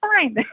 fine